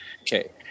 Okay